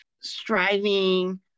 striving